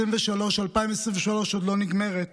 2023 עדיין לא נגמרת